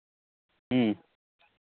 ᱦᱮᱸ